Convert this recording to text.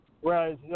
Whereas